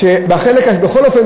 בכל אופן,